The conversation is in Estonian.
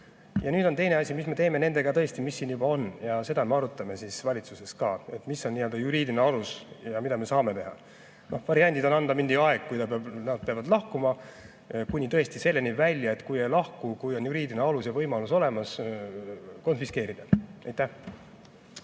Ja nüüd on tõesti teine asi, mis me teeme nende autodega, mis siin juba on. Seda me arutame valitsuses ka, mis on nii-öelda juriidiline alus ja mida me saame teha. Variandid on anda mingi aeg, mille jooksul nad peavad lahkuma, kuni tõesti selleni välja, et kui nad ei lahku ja kui on juriidiline alus ja võimalus olemas, siis konfiskeerida. Rain